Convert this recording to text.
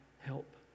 help